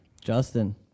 Justin